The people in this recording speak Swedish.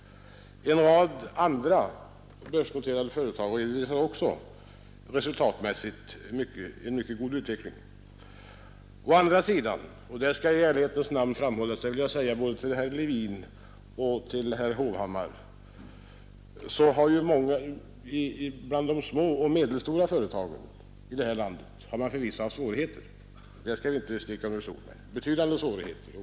En rad andra börsnoterade företag redovisar också resultatmässigt en mycket god utveckling. Å andra sidan — det skall i ärlighetens namn sägas till både herr Levin och herr Hovhammar — har många bland de små och medelstora företagen haft betydande svårigheter.